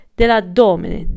dell'addome